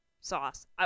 Sauce